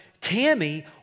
Tammy